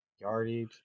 yardage